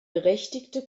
berechtigte